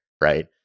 right